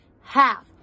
half